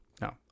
No